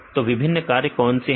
तो विभिन्न कार्य कौन से हैं